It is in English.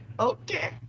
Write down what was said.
Okay